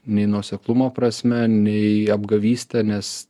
nei nuoseklumo prasme nei apgavyste nes